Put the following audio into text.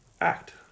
act